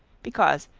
because,